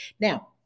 Now